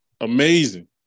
amazing